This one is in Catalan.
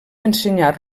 ensenyar